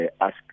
ask